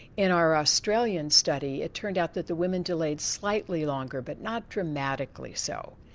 in our australian study, it turned out that the women delayed slightly longer but not dramatically so.